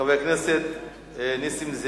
חבר הכנסת מולה